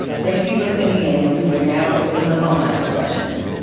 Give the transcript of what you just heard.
thank you for tuning in. and we will now open the phone line for questions.